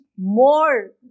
more